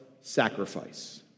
sacrifice